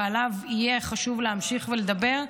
ועליו יהיה חשוב להמשיך ולדבר,